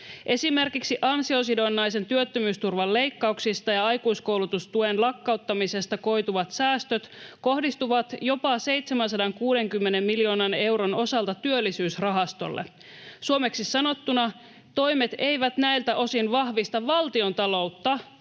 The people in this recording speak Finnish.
Esimerkiksi ansiosidonnaisen työttömyysturvan leikkauksista ja aikuiskoulutustuen lakkauttamisesta koituvat säästöt kohdistuvat jopa 760 miljoonan euron osalta Työllisyysrahastolle. Suomeksi sanottuna toimet eivät näiltä osin vahvista valtiontaloutta